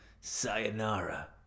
Sayonara